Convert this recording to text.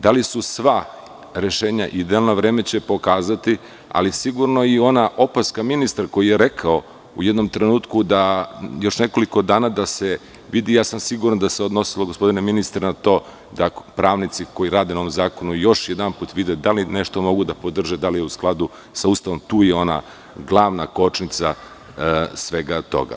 Da li su sva rešenja idealna, vreme će pokazati, ali sigurno i ona opaska ministra koji je rekao u jednom trenutku da još nekoliko dana da se vidi, siguran sam da se odnosilo, gospodine ministre na to, da pravnici koji rade na ovom zakonu još jednom vide da li mogu nešto da podrže, da li je u skladu sa Ustavom, tu je ona glavna kočnica svega toga.